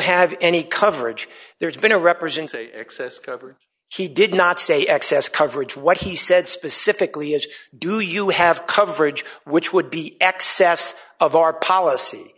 have any coverage there's been a represents a excess covered he did not say excess coverage what he said specifically is do you have coverage which would be excess of our policy